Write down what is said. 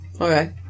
okay